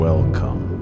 Welcome